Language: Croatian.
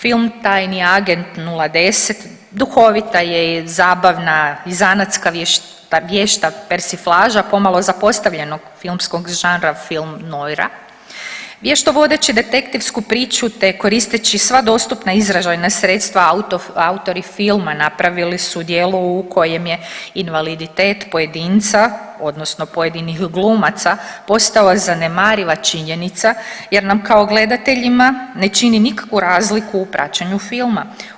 Film Tajni agent 010, duhovita je i zabavna i zanatska, vješta persiflaža, pomalo zapostavljenog filmskog žanra film noira je što vodeći detektivsku priču te koristeći sva dostupna izražajna sredstva autori filma napravili su djelo u kojem je invaliditet pojedinca, odnosno pojedinih glumaca postao zanemariva činjenica jer nam kao gledateljima ne čini nikakvu razliku u praćenju filma.